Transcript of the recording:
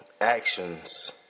actions